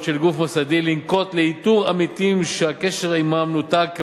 שעל גוף מוסדי לנקוט לאיתור עמיתים שהקשר עמם נותק,